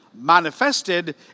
manifested